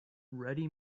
ready